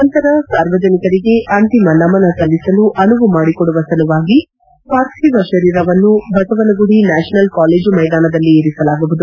ನಂತರ ಸಾರ್ವಜನಿಕರಿಗೆ ಅಂತಿಮ ನಮನ ಸಲ್ಲಿಸಲು ಅನುವು ಮಾಡಿಕೊಡುವ ಸಲುವಾಗಿ ಪಾರ್ಥಿವ ಶರೀರವನ್ನು ಬಸವನಗುಡಿ ನ್ಥಾಷನಲ್ ಕಾಲೇಜ್ ಮೈದಾನದಲ್ಲಿ ಇರಿಸಲಾಗುವುದು